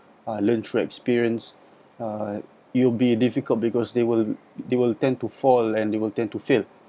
uh learn through experience uh it'll be difficult because they will they will tend to fall and they will tend to fail